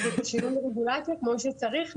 בשינוי רגולציה כמו שצריך,